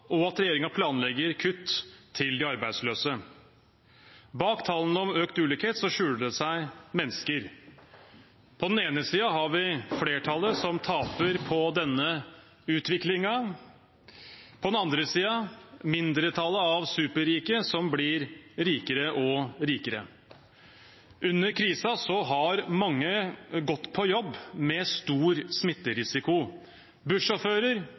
og at regjeringen planlegger kutt for de arbeidsløse. Bak tallene om økt ulikhet skjuler det seg mennesker. På den ene siden har vi flertallet som taper på denne utviklingen, på den andre siden mindretallet av superrike som blir rikere og rikere. Under krisen har mange gått på jobb med stor smitterisiko